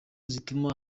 zituma